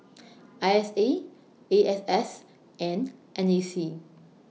I S A A X S and N A C